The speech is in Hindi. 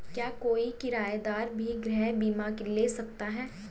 क्या कोई किराएदार भी गृह बीमा ले सकता है?